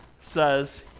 says